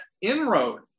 inroad